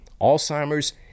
Alzheimer's